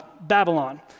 Babylon